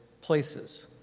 places